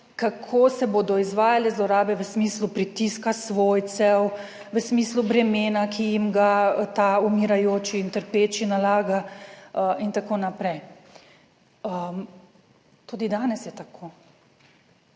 kako se bodo izvajale zlorabe v smislu pritiska svojcev, v smislu bremena, ki jim ga ta umirajoči in trpeči nalaga in tako naprej. Tudi danes je tako,